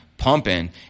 pumping